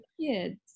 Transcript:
kids